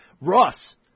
Ross